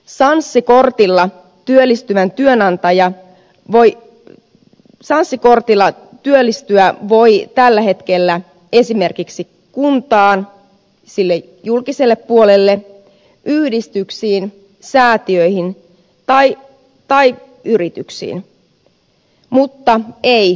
sanssi kortilla työllistyvän työnantaja voi salosen kortilla työllistyä voi tällä hetkellä esimerkiksi kuntaan sille julkiselle puolelle yhdistyksiin säätiöihin tai yrityksiin mutta ei valtiolle